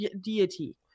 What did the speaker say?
deity